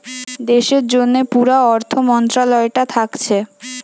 দেশের জন্যে পুরা অর্থ মন্ত্রালয়টা থাকছে